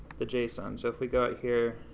the json so if we go out here,